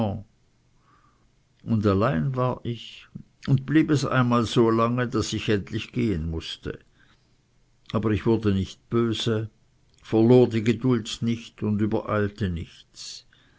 und allein war ich und blieb es einmal so lange daß ich endlich gehen mußte aber ich wurde nicht böse verlor die geduld nicht und übereilte nichts